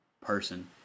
person